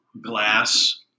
glass